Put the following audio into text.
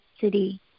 city